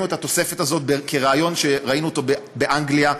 את התוספת הזאת כרעיון שראינו אותו באנגליה.